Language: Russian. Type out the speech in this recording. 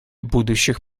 будущих